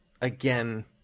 again